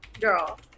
girl